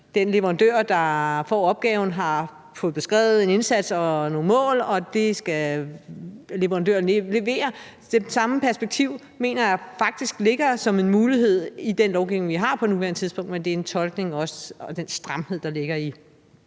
den leverandør, der får opgaven, har fået beskrevet en indsats og nogle mål, som leverandøren skal levere. Det samme perspektiv mener jeg faktisk ligger som en mulighed i den lovgivning, vi har på nuværende tidspunkt, men det er også en tolkning og den stramhed, der ligger i